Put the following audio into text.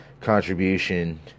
contribution